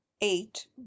eight